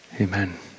Amen